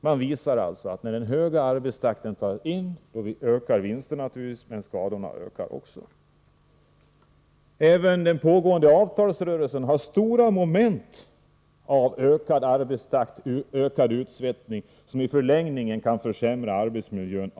Man visar alltså att när den höga arbetstakten införs ökar vinsterna, men skadorna ökar också. Den pågående avtalsrörelsen innehåller omfattande moment som gäller ökad arbetstakt, ökad utsvettning, som i förlängningen avsevärt kan försämra arbetsmiljön.